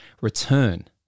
return